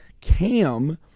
Cam